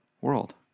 world